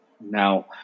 now